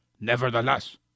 Nevertheless